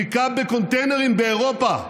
חיכה בקונטיינרים באירופה.